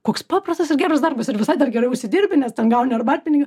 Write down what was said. koks paprastas ir geras darbas ir visai dar gerai užsidirbi nes ten gauni arbatpinigių